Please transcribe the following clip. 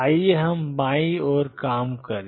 आइए हम बाईं ओर काम करें